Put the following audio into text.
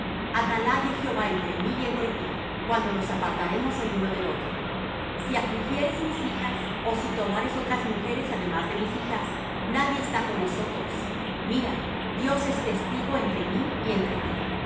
atalaye jehová entre mí y entre ti cuando nos apartáremos el uno del otro si afligieres mis hijas ó si tomares otras mujeres además de mis hijas nadie está con nosotros mira dios es testigo entre mí y entre ti